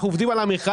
אנחנו עובדים על המכרז